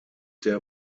der